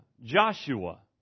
Joshua